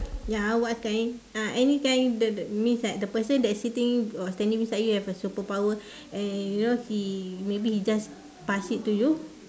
ya what kind uh any kind the means that the person that's sitting or standing beside you have a superpower and you know he maybe he just pass it to you